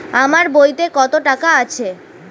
আমার বইতে কত টাকা আছে?